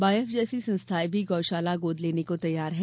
बायफ जैसी संस्थाएँ गौ शाला गोद लेने को तैयार हैं